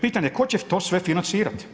Pitanje je tko će to sve financirati.